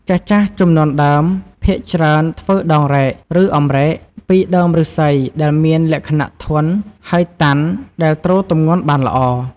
ចាស់ៗជំនាន់ដើម ភាគច្រើនធ្វើដងរែក ឬអម្រែក ពីដើមឫស្សីដែលមានលក្ខណៈធន់ ហើយតាន់ដែលទ្រទម្ងន់បានល្អ។